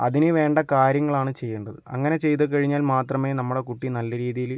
അതിന് വേണ്ട കാര്യങ്ങളാണ് ചെയ്യേണ്ടത് അങ്ങനെ ചെയ്ത് കഴിഞ്ഞാൽ മാത്രമേ നമ്മളുടെ കുട്ടി നല്ല രീതിയില്